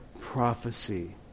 prophecy